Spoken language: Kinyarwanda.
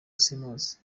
simuzi